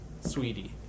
Sweetie